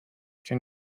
can